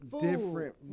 different